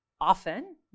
often